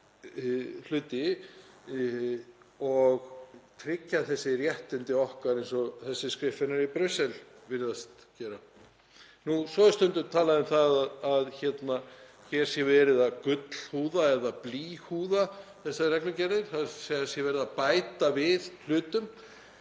hluti og tryggja þessi réttindi okkar eins og þessir skriffinnar í Brussel virðast gera. Svo er stundum talað um að hér sé verið að gullhúða eða blýhúða þessar reglugerðir, það sé verið að bæta við hlutum.